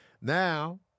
Now